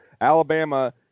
Alabama